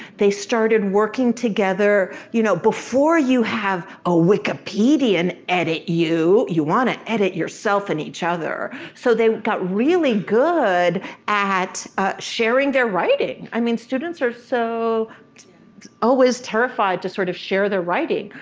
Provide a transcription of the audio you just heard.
they started working together. you know before you have a wikipedian edit you, you wanna edit yourself and each other. so they got really good at sharing their writing. i mean, students are so always terrified to sort of share their writing.